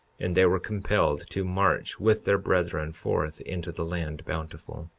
and they were compelled to march with their brethren forth into the land bountiful.